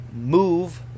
move